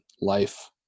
life